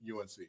UNC